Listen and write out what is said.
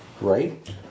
right